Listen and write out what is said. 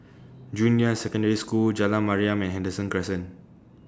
Junyuan Secondary School Jalan Mariam and Henderson Crescent